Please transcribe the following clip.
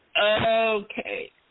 Okay